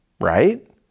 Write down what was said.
right